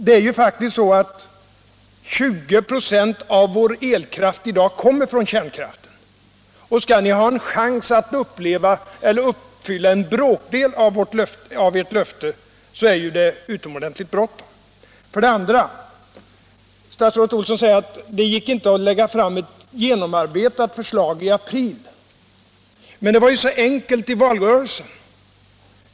Det är faktiskt så att 20 96 av vår elkraft i dag kommer från kärnkraften. Skall ni ha en chans att uppfylla en bråkdel av ert löfte är det utomordentligt bråttom. Statsrådet Olsson sade att det inte gick att lägga fram ett genomarbetat förslag i april. Men det var ju så enkelt i valrörelsen!